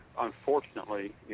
Unfortunately